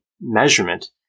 measurement